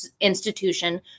Institution